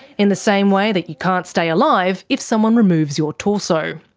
in the same way that you can't stay alive if someone removes your torso.